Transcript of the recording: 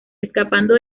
escapando